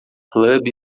club